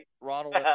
Ronald